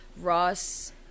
Ross